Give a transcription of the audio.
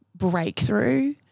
breakthrough